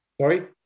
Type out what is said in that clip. Sorry